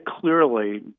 clearly